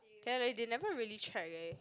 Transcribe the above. and like they never really check leh